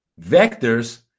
Vectors